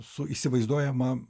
su įsivaizduojama